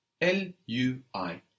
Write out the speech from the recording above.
L-U-I